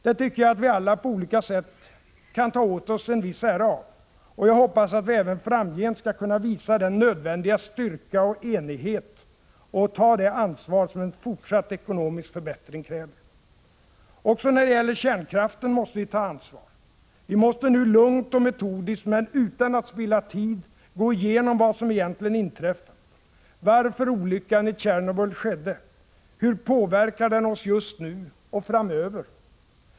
Det tycker jag att vi alla, på olika sätt, kan ta åt oss en viss ära av. Jag hoppas att vi även framgent skall kunna visa den nödvändiga styrka och enighet och ta det ansvar som en fortsatt ekonomisk förbättring kräver. Också när det gäller kärnkraften måste vi ta ansvar. Vi måste nu, lugnt och metodiskt, men utan att spilla tid, gå igenom vad det är som egentligen inträffat. Varför skedde olyckan i Tjernobyl? Hur påverkar den oss just nu — och framöver?